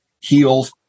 healed